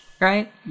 Right